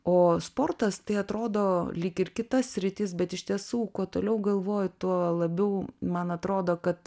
o sportas tai atrodo lyg ir kita sritis bet iš tiesų kuo toliau galvoju tuo labiau man atrodo kad